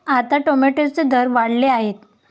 आता टोमॅटोचे दर वाढले आहेत